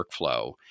workflow